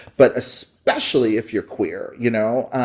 but especially if you're queer, you know? and,